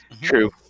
True